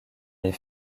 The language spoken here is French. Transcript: les